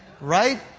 Right